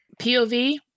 pov